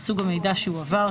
סוג המידע שהועבר,